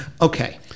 Okay